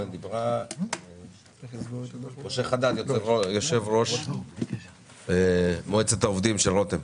משה חדד, יו"ר מועצת העובדים של רותם.